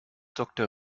doktor